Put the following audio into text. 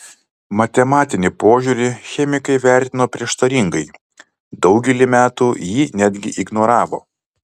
matematinį požiūrį chemikai vertino prieštaringai daugelį metų jį netgi ignoravo